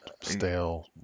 stale